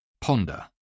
Ponder